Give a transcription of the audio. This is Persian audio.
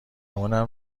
اونم